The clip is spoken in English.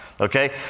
Okay